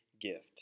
gift